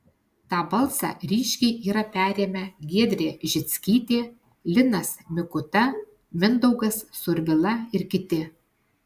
tą balsą ryškiai yra perėmę giedrė žickytė linas mikuta mindaugas survila ir kiti